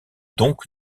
donc